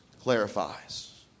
clarifies